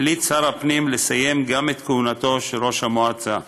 החליט שר הפנים לסיים גם את כהונתו של ראש המועצה.